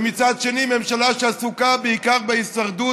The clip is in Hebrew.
ומצד שני ממשלה שעסוקה בעיקר בהישרדות